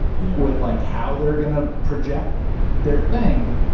yeah. with like how they're gonna project their thing.